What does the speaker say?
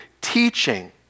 teaching